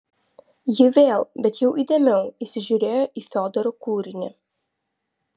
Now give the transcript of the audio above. ji vėl bet jau įdėmiau įsižiūrėjo į fiodoro kūrinį